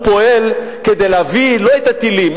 הוא פועל כדי להביא לא את הטילים,